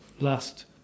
last